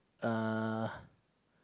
uh